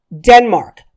Denmark